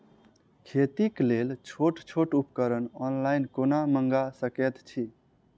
खेतीक लेल छोट छोट उपकरण ऑनलाइन कोना मंगा सकैत छी?